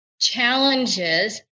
challenges